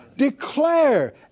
declare